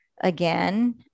again